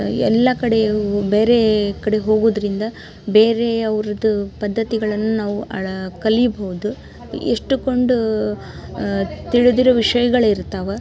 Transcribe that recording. ಎಲ್ಲ ಕಡೆಗೂ ಬೇರೆ ಕಡೆ ಹೋಗೋದರಿಂದ ಬೇರೆಯವ್ರದು ಪದ್ದತಿಗಳನ್ನು ನಾವು ಅಳ ಕಲೀಬೋದು ಇಷ್ಟು ಕೊಂಡೂ ತಿಳಿದಿರೋ ವಿಷಯಗಳು ಇರ್ತಾವೆ